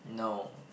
no